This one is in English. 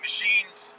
Machines